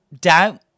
doubt